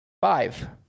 Five